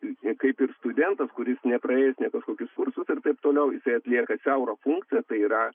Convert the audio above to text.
kaip ir studentas kuris nepraėjęs nė kažkokius kursus ir taip toliau jisai atlieka siaurą funkciją tai yra